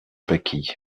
pâquis